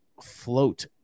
Float